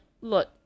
look